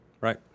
Right